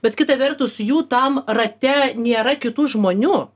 bet kita vertus jų tam rate nėra kitų žmonių